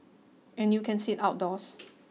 and you can sit outdoors